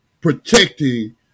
protecting